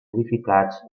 edificats